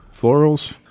florals